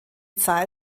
zahl